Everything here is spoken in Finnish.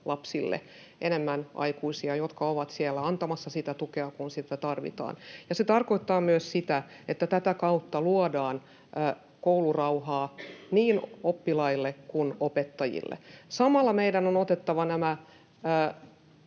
enemmän aikuisia, jotka ovat siellä antamassa sitä tukea, kun sitä tarvitaan. Se tarkoittaa myös sitä, että tätä kautta luodaan koulurauhaa niin oppilaille kuin opettajille. Samalla meidän on otettava